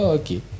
okay